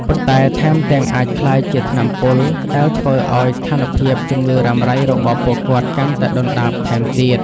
ប៉ុន្តែថែមទាំងអាចក្លាយជា ថ្នាំពុល ដែលធ្វើឱ្យស្ថានភាពជំងឺរ៉ាំរ៉ៃរបស់ពួកគាត់កាន់តែដុនដាបថែមទៀត។